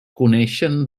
coneixen